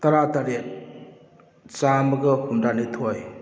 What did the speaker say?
ꯇꯔꯥ ꯇꯔꯦꯠ ꯆꯥꯃꯒ ꯍꯨꯝꯐꯨꯇꯔꯥꯅꯤꯊꯣꯏ